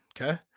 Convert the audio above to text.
Okay